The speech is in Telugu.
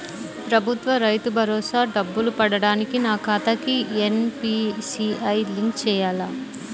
ప్రభుత్వ రైతు భరోసా డబ్బులు పడటానికి నా ఖాతాకి ఎన్.పీ.సి.ఐ లింక్ చేయాలా?